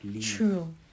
true